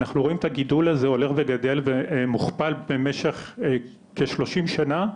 אנחנו רואים את הגידול הזה, מוכפל במשך כ-30 שנה,